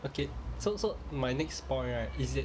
okay so so my next point right is it